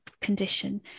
condition